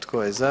Tko je za?